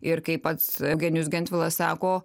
ir kai pats eugenijus gentvilas sako